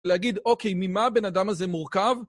להגיד, אוקיי, ממה הבן אדם הזה מורכב?